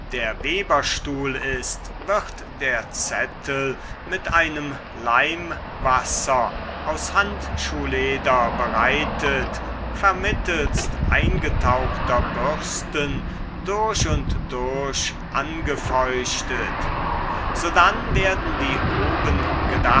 der weberstuhl ist wird der zettel mit einem leimwasser aus handschuhleder bereitet vermittelst eingetauchter bürsten durch und durch angefeuchtet sodann werden die